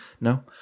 no